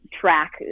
track